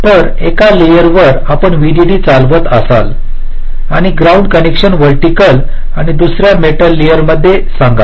तर एका लेयरवर आपण व्हीडीडी चालवत असाल आणि ग्राउंड कनेक्शन व्हर्टिकल आणि दुसर्या मेटल लेयरमध्ये सांगा